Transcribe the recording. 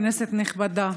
כנסת נכבדה,